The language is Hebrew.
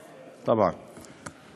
תיערכנה.